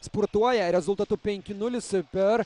spurtuoja rezultatu penki nulis ir per